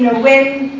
way,